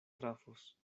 trafos